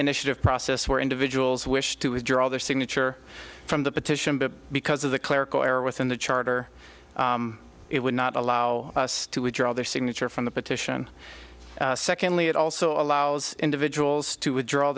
initiative process where individuals wish to withdraw their signature from the petition but because of the clerical error within the charter it would not allow us to withdraw their signature from the petition secondly it also allows individuals to withdraw